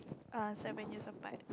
err seven years apart